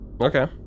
okay